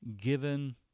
given